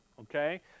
okay